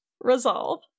Resolve